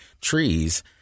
trees